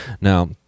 Now